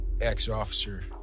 ex-officer